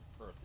Earth